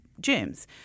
germs